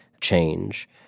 change